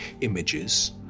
images